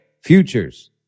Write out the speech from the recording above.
futures